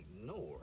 ignore